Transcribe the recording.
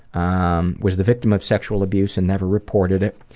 um was the victim of sexual abuse and never reported it.